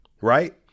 right